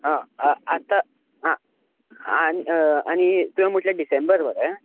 हा हा आत्ता आं आन आनी तुवें म्हटले डिसेंबर मरे